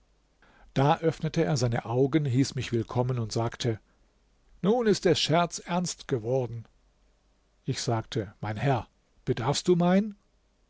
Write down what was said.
da öffnete er seine augen hieß mich willkommen und sagte nun ist der scherz ernst geworden ich sagte mein herr bedarfst du mein